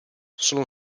sono